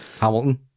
Hamilton